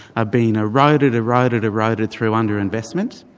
are being eroded, eroded, eroded, through under-investment.